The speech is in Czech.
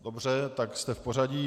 Dobře, tak jste v pořadí.